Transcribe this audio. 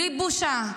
בלי בושה.